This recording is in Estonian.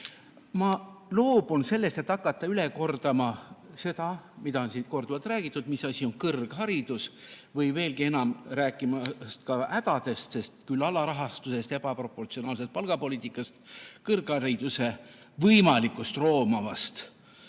loobun sellest, et hakata üle kordama seda, mida on siin korduvalt räägitud, mis asi on kõrgharidus, või veelgi enam, hakata rääkima hädadest, sest küll alarahastusest, ebaproportsionaalsest palgapoliitikast, kõrghariduse kvaliteedi võimalikust roomavast